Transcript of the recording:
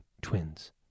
twins